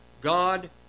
God